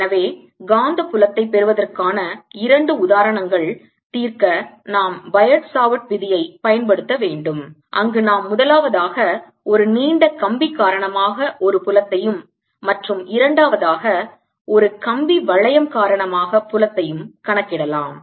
எனவே காந்த புலத்தை பெறுவதற்கான இரண்டு உதாரணங்கள் தீர்க்க நாம் பயோட் சாவர்ட் விதியை பயன்படுத்த வேண்டும் அங்கு நாம் முதலாவதாக ஒரு நீண்ட கம்பி காரணமாக ஒரு புலத்தையும் மற்றும் இரண்டாவதாக ஒரு கம்பி வளையம் காரணமாக புலத்தையும் கணக்கிடலாம்